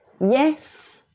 yes